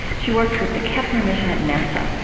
she works with the kepler mission at nasa,